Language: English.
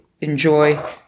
enjoy